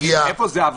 איפה זה טוב?